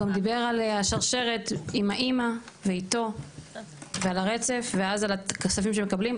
הוא גם דיבר על השרשרת עם האימא ואיתו ועל הרצף והכספים שהם מקבלים,